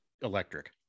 electric